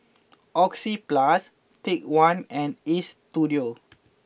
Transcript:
Oxyplus Take One and Istudio